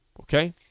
Okay